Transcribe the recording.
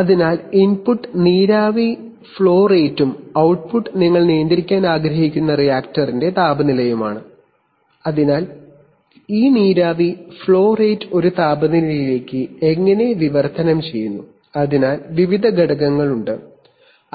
അതിനാൽ ഇൻപുട്ട് നീരാവി ഫ്ലോ റേറ്റും output ഔട്ട്ട്ട്പുട്ട് നിങ്ങൾ നിയന്ത്രിക്കാൻ ആഗ്രഹിക്കുന്ന റിയാക്ടറിന്റെ താപനിലയുമാണ് അതിനാൽ ഈ നീരാവി ഫ്ലോ റേറ്റ് ഒരു താപനിലയിലേക്ക് എങ്ങനെ വിവർത്തനം ചെയ്യുന്നു അതിനായി വിവിധ ഘട്ടങ്ങളുണ്ട്